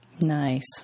Nice